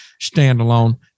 standalone